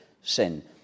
sin